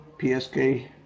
PSK